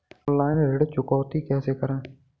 Online ऋण चुकौती कैसे करें?